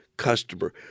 customer